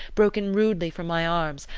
broken rudely from my arms,